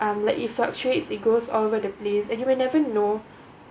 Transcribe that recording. I'm like it fluctuates it goes all over the place and you will never know